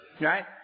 Right